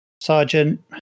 sergeant